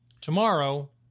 tomorrow